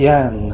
Yan